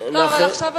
חוק העונשין.